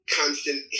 constant